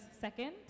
second